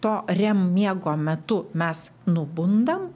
to rem miego metu mes nubundam